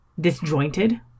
disjointed